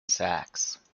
sachs